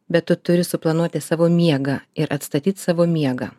bet tu turi suplanuoti savo miegą ir atstatyt savo miegą